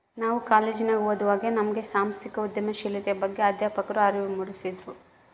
ನಾವು ಕಾಲೇಜಿನಗ ಓದುವಾಗೆ ನಮ್ಗೆ ಸಾಂಸ್ಥಿಕ ಉದ್ಯಮಶೀಲತೆಯ ಬಗ್ಗೆ ಅಧ್ಯಾಪಕ್ರು ಅರಿವು ಮೂಡಿಸಿದ್ರು